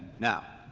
now,